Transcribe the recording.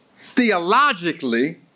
theologically